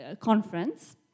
conference